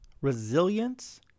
resilience